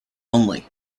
only